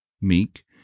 meek